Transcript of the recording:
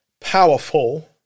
powerful